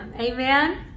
Amen